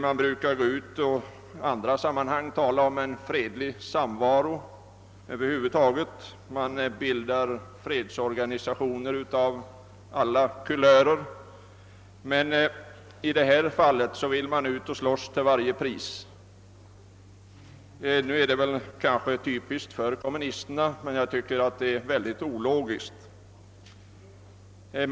De brukar i andra sammanhang tala om en fredlig samvaro, de bildar fredsorganisationer av alla kulörer — men i detta fall vill man ut och slåss till varje pris. Det är kanske typiskt för kommunisterna, men det är väldigt ologiskt.